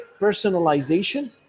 personalization